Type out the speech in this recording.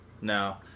No